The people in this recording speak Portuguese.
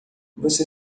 você